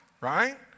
Right